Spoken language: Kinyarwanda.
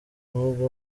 nubwo